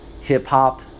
hip-hop